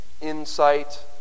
insight